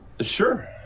Sure